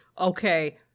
okay